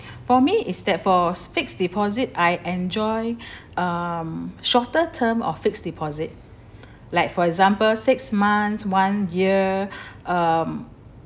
for me is that for fixed deposit I enjoy um shorter term of fixed deposit like for example six months one year um